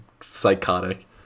psychotic